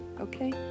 okay